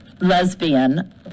lesbian